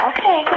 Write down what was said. Okay